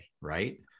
right